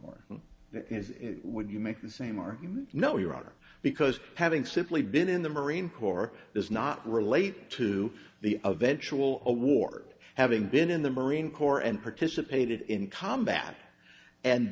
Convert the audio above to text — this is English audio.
corps would you make the same or no your honor because having simply been in the marine corps does not relate to the eventual award having been in the marine corps and participated in combat and